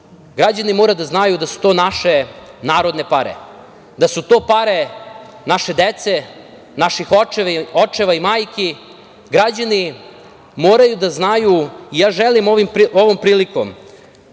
građani moraju da znaju da su to naše narodne pare, da su to pare naše dece, naših očeva, majki. Građani moraju da znaju i ja želim ovom prilikom